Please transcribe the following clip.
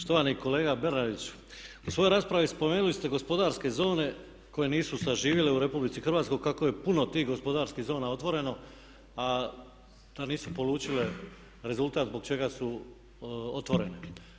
Štovani kolega Bernardić u svojoj raspravi spomenuli ste gospodarske zone koje nisu zaživjele u RH, kako je puno tih gospodarskih zona otvoreno a nisu polučile rezultat zbog čega su otvorene.